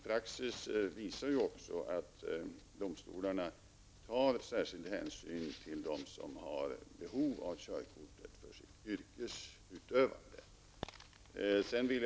Praxis visar också att domstolarna tar särskild hänsyn till dem som har behov av körkortet för sin yrkesutövning.